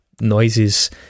noises